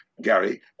gary